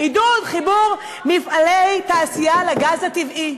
עידוד חיבור מפעלי תעשייה לגז הטבעי.